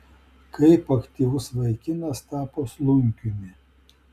kaip aktyvus vaikinas tapo slunkiumi